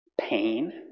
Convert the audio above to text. Pain